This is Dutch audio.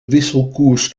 wisselkoers